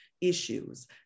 issues